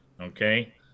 Okay